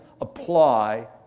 apply